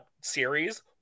series